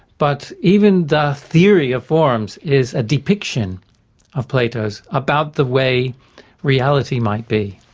but even the theory of forms is a depiction of plato's about the way reality might be,